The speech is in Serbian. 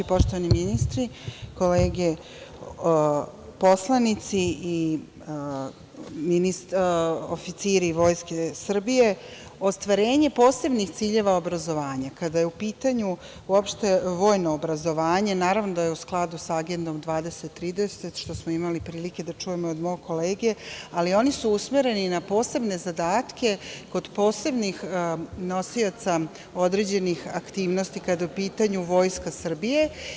Poštovani ministri, kolege poslanici, oficiri Vojske Srbije, ostvarenje posebnih ciljeva obrazovanja, a kada je u pitanju uopšte vojno obrazovanje, naravno da je u skladu sa Agendom 2030 što smo imali prilike da čujemo od mog kolege, ali oni su usmereni na posebne zadatke od posebnih nosioca određenih aktivnosti kada je u pitanju Vojska Srbije.